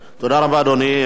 תודה רבה, אדוני.